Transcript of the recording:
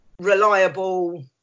Reliable